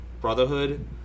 Brotherhood